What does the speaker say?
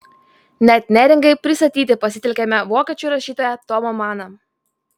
net neringai pristatyti pasitelkiame vokiečių rašytoją tomą maną